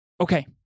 Okay